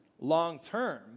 long-term